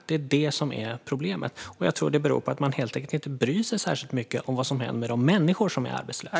Det är detta som är problemet, och jag tror att det beror på att man helt enkelt inte bryr sig särskilt mycket om vad som händer med de människor som är arbetslösa.